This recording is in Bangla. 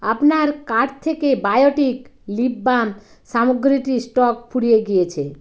আপনার কার্ট থেকে বায়োটিক লিপ বাম সামগ্রীটির স্টক ফুরিয়ে গিয়েছে